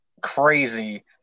crazy